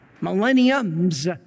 millenniums